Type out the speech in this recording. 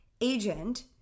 agent